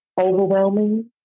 overwhelming